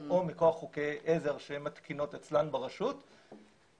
או מכוח חוקי עזר שהן מתקינות אצלן ברשות והנתונים